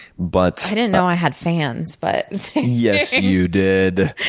but i didn't know i had fans, but yes you did.